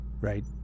Right